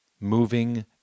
Moving